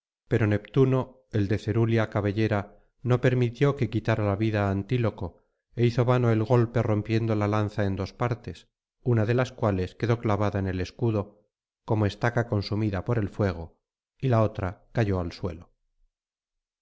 pero neptuno el de cerúlea cabellera no permitió que quitara la vida á antíloco é hizo vano el golpe rompiendo la lanza en dos partes una de las cuales quedó clavada en el escudo como estaca consumida por el fuego y la otra cayó al suelo